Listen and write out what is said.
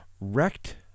Wrecked